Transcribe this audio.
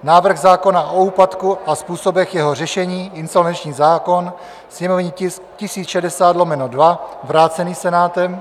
návrh zákona o úpadku a způsobech jeho řešení insolvenční zákon, sněmovní tisk 1060/2, vrácený Senátem.